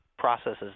processes